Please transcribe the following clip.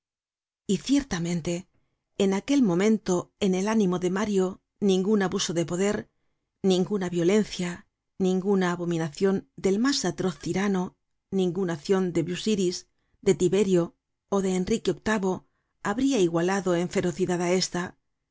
y ciertamente en aquel momento en el ánimo de mario ningun abuso de poder ninguna violencia ninguna abominacion del mas atroz tirano ninguna accion de busiris de tiberio ó de enrique viii habria igualado en ferocidad á esta